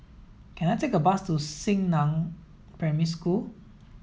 can I take a bus to Xingnan Primary School